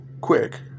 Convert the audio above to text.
quick